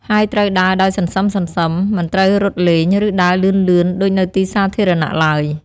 ហើយត្រូវដើរដោយសន្សឹមៗ មិនត្រូវរត់លេង ឬដើរលឿនៗដូចនៅទីសាធារណៈឡើយ។